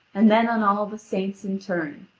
and then on all the saints in turn,